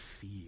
feel